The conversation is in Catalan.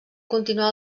continuar